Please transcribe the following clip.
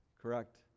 Correct